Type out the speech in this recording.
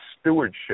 stewardship